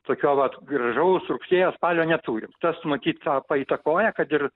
tokio vat gražaus rugsėjo spalio neturim tas matyt tą paįtakoja kad ir